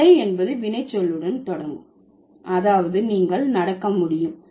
நடை என்பது வினைச்சொல்லுடன் தொடங்கும் அதாவது நீங்கள் நடக்க முடியும்